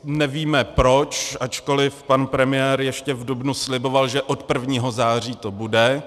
Nevíme proč, ačkoliv pan premiér ještě v dubnu sliboval, že od 1. září to bude.